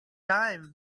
time